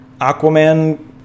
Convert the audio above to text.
Aquaman